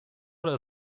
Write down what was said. oder